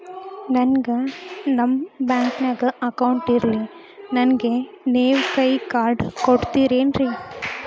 ನನ್ಗ ನಮ್ ಬ್ಯಾಂಕಿನ್ಯಾಗ ಅಕೌಂಟ್ ಇಲ್ರಿ, ನನ್ಗೆ ನೇವ್ ಕೈಯ ಕಾರ್ಡ್ ಕೊಡ್ತಿರೇನ್ರಿ?